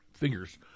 Fingers